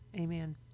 amen